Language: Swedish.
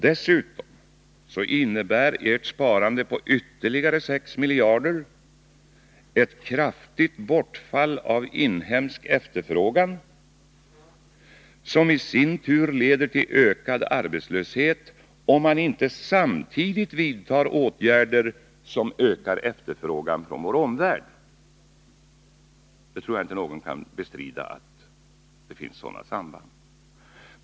Dessutom innebär ert sparande med ytterligare sex miljarder ett kraftigt bortfall av inhemsk efterfrågan, som i sin tur leder till ökad arbetslöshet, om man inte samtidigt vidtar åtgärder som ökar efterfrågan från vår omvärld. Jag tror inte att någon kan bestrida att det finns sådana samband.